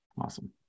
Awesome